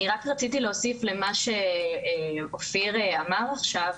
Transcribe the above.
אני רק רציתי להוסיף למה שאופיר אמר עכשיו,